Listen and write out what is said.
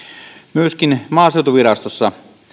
myöskin maaseutuvirastossa